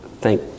Thank